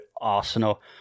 Arsenal